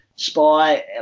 Spy